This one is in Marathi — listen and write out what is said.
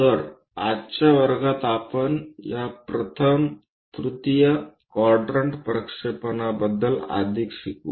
तर आजच्या वर्गात आपण या प्रथम तृतीय क्वाड्रंट प्रक्षेपण बद्दल अधिक शिकू